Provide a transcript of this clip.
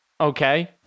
okay